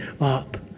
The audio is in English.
up